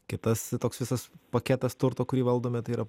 kitas toks visas paketas turto kurį valdome tai yra